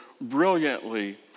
brilliantly